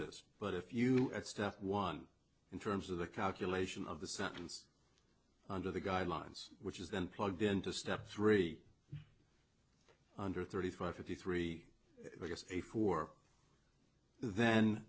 this but if you step one in terms of the calculation of the sentence under the guidelines which is then plugged into step three hundred thirty five fifty three gets a for then